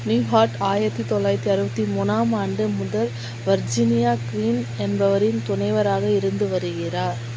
new heart ஆயிரத்தி தொள்ளாயிரத்தி அறுபத்தி மூணாம் ஆண்டு முதல் வர்ஜீனியா க்வின் என்பவரின் துணைவராக இருந்து வருகிறார்